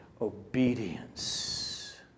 obedience